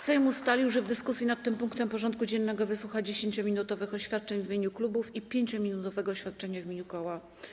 Sejm ustalił, że w dyskusji nad tym punktem porządku dziennego wysłucha 10-minutowych oświadczeń w imieniu klubów i 5-minutowego oświadczenia w imieniu koła.